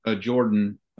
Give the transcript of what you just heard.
Jordan